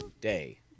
Day